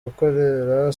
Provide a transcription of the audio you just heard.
gukorera